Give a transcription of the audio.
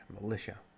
militia